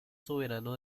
soberano